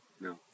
No